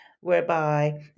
whereby